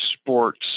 sports